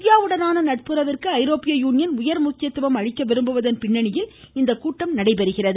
இந்தியாவுடனான நட்புறவிற்கு ஐரோப்பிய யூனியன் உயர் முக்கியத்துவம் அளிக்க விரும்புவதன் பின்னணியில் இந்த கூட்டம் நடைபெறுகிறது